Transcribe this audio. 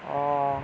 orh